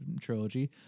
trilogy